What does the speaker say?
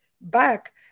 back